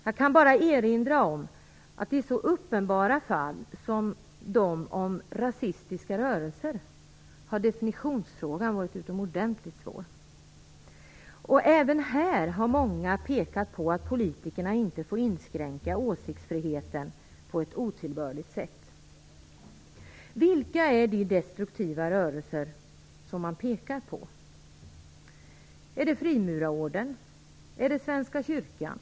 Jag kan bara erinra om att definitionsfrågan har varit utomordentligt svår i så uppenbara fall som när det gäller rasistiska rörelser. Även här har många pekat på att politikerna inte får inskränka åsiktsfriheten på ett otillbörligt sätt. Vilka är de destruktiva rörelser som man pekar på? Är det Frimurarorden? Är det Svenska kyrkan?